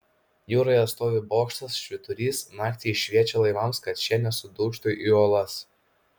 jūroje stovi bokštas švyturys naktį jis šviečia laivams kad šie nesudužtų į uolas